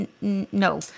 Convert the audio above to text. no